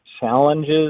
challenges